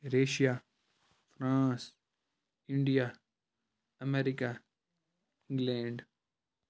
Russia France India America England